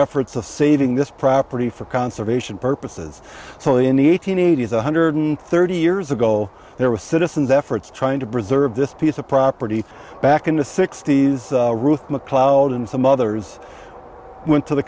efforts to saving this property for conservation purposes only in the eighteen eighty one hundred thirty years ago there were citizens efforts trying to preserve this piece of property back in the sixty's ruth mcleod and some others went to the